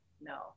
no